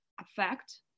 affect